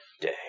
day